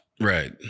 right